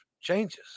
changes